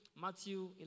Matthew